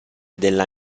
della